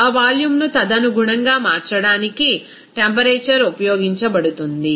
ఆ వాల్యూమ్ను తదనుగుణంగా మార్చడానికి టెంపరేచర్ ఉపయోగించబడుతుంది